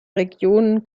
regionen